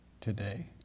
today